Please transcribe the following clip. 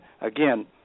again